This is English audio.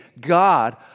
God